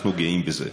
אנחנו גאים בזה.